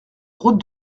route